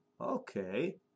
Okay